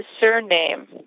surname